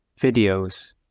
videos